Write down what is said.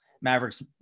Mavericks